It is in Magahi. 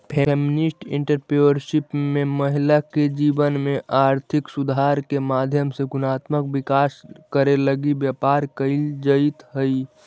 फेमिनिस्ट एंटरप्रेन्योरशिप में महिला के जीवन में आर्थिक सुधार के माध्यम से गुणात्मक विकास करे लगी व्यापार कईल जईत हई